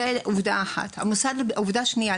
העובדה השנייה,